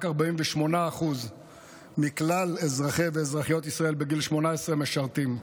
רק 48% מכלל אזרחי ואזרחיות ישראל בגיל 18 משרתים.